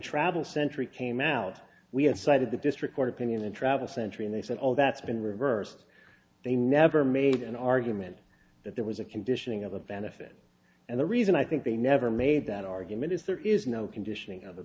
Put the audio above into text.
travel century came out we had cited the district court opinion in travel century and they said all that's been reversed they never made an argument that there was a conditioning of a benefit and the reason i think they never made that argument is there is no conditioning of